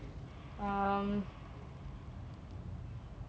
um